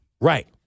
right